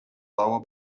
lower